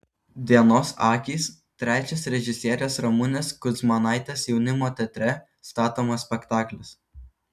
dienos akys trečias režisierės ramunės kudzmanaitės jaunimo teatre statomas spektaklis